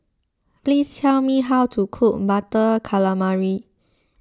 please tell me how to cook Butter Calamari